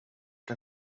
der